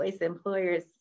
employers